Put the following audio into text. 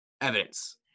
evidence